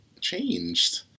changed